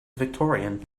victorian